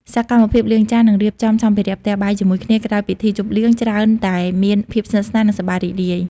សកម្មភាពលាងចាន និងរៀបចំសម្ភារៈផ្ទះបាយជាមួយគ្នាក្រោយពិធីជប់លៀង ច្រើនតែមានភាពស្និទ្ធស្នាល និងសប្បាយរីករាយ។